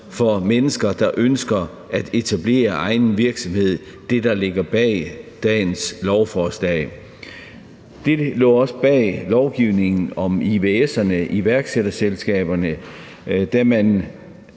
for mennesker, der ønsker at etablere egen virksomhed, altså det, der ligger bag dagens lovforslag. Det lå også bag lovgivningen om ivs'erne, altså iværksætterselskaberne, da man